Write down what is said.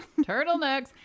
Turtlenecks